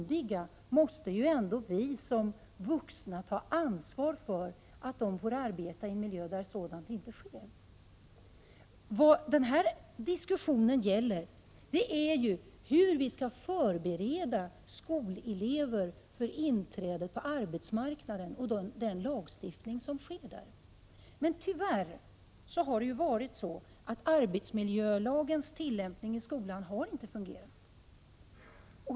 Det måste ändå vara vi vuxna som tar ansvaret för att icke myndiga får arbeta i en miljö där olyckor inte sker. Denna diskussion gäller hur vi skall förbereda skolelever för inträdet på — Prot. 1987/88:42 arbetsmarknaden och för den lagstiftning som gäller där. Tillämpningen av 10 december 1987 arbetsmiljölagen har tyvärr inte fungerat.